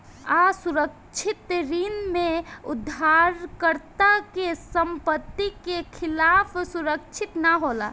असुरक्षित ऋण में उधारकर्ता के संपत्ति के खिलाफ सुरक्षित ना होला